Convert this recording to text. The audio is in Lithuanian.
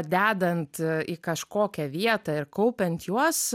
dedant į kažkokią vietą ir kaupiant juos